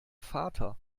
vater